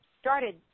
started